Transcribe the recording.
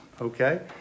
okay